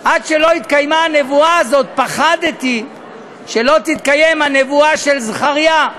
עד שלא התקיימה הנבואה הזאת פחדתי שלא תתקיים הנבואה של זכריה,